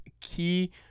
key